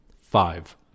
five